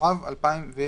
התשע"ו 2016."